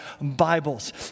Bibles